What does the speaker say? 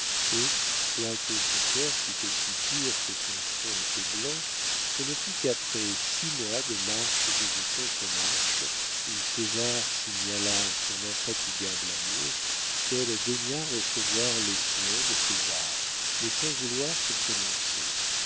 et quoique son cœur fût aussi pur que son front était blanc ce ne fut qu'après six mois de marches et de contremarches où césar signala son infatigable amour qu'elle daigna recevoir les soins de césar mais sans vouloir se prononcer